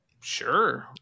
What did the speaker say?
Sure